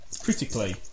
critically